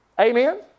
Amen